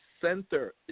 center